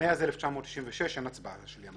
מאז 1996 אין הצבעה של ימאים.